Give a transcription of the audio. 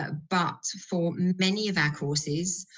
ah but for many of our courses,